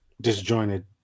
Disjointed